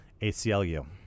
ACLU